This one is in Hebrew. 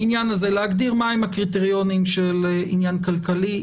להגדיר מהם הקריטריונים של עניין כלכלי,